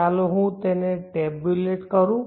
ચાલો હું તેને ટેબ્યુલેટ કરું